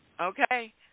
Okay